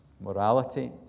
morality